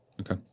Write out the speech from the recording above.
okay